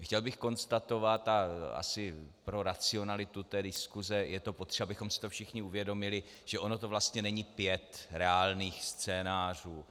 Chtěl bych konstatovat, a asi pro racionalitu té diskuse je potřeba, abychom si všichni uvědomili, že ono to vlastně není pět reálných scénářů.